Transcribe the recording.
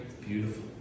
beautiful